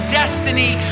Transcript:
destiny